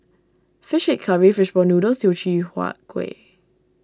Fish Head Curry Fish Ball Noodles Teochew Huat Kueh